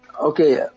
Okay